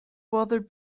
weather